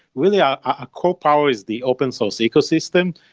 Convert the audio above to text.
really ah a core power is the open source ecosystem.